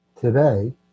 today